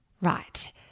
Right